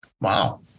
Wow